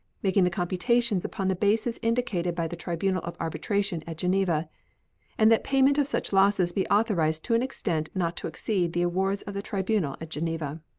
making the computations upon the basis indicated by the tribunal of arbitration at geneva and that payment of such losses be authorized to an extent not to exceed the awards of the tribunal at geneva.